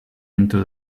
into